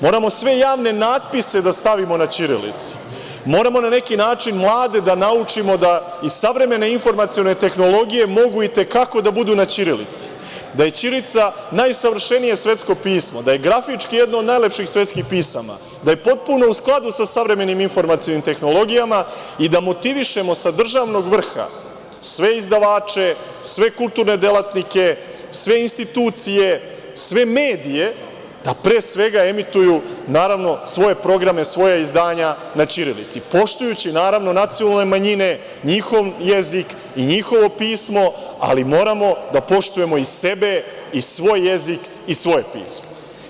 Moramo sve javne natpise da stavimo na ćirilici, moramo na neki način mlade da naučimo da iz savremene informacione tehnologije mogu i te kako da budu na ćirilici, da je ćirilica najsavršenije svetsko pismo, da je grafički jedno od najlepših svetskih pisama, da je potpuno u skladu sa savremenim informacionim tehnologijama i da motivišemo sa državnog vrha sve izdavače, sve kulturne delatnike, sve institucije, sve medije, da pre svega emituju svoje programe, svoja izdanja na ćirilici, poštujući naravno nacionalne manjine, njihov jezik i njihovo pismo, ali moramo da poštujemo i sebe i svoj jezik i svoje pismo.